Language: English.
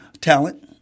talent